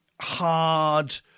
hard